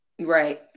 Right